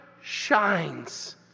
shines